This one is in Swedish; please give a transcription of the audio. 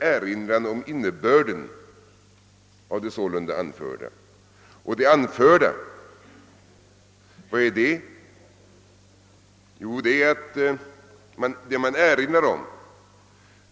Vad är det som ligger bakom orden »det anförda»?